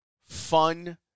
fun